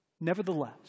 nevertheless